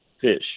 fish